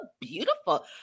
beautiful